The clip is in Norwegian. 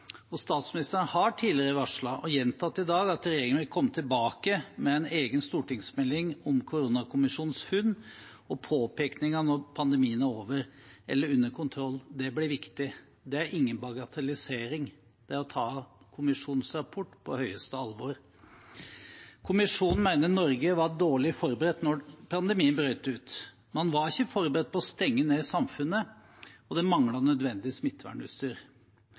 og 63 læringspunkter, og statsministeren har tidligere varslet, og gjentatt i dag, at regjeringen vil komme tilbake med en egen stortingsmelding om koronakommisjonens funn og påpekninger når pandemien er over eller under kontroll. Det blir viktig. Det er ingen bagatellisering, det er å ta kommisjonens rapport på største alvor. Kommisjonen mener Norge var dårlig forberedt da pandemien brøt ut. Man var ikke forberedt på å stenge ned samfunnet, og det manglet nødvendig